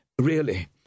Really